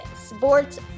sports